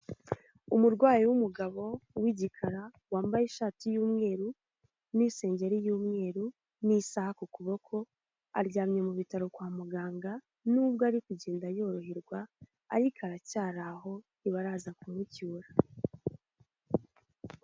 Umurwayi w'umugabo w'igikara, wambaye ishati y'umweru n'isengeri y'umweru, n'isaha ku kuboko, aryamye mu bitaro kwa muganga, n'ubwo ari kugenda yoroherwa, ariko aracyari aho ntibaraza kumucyura.